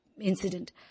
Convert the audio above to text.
incident